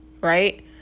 right